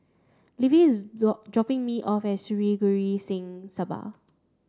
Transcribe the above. Levi is dropping me off at Sri Guru Singh Sabha